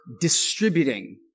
distributing